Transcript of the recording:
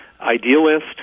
idealist